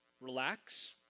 relax